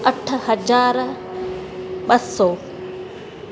अठ हज़ार ॿ सौ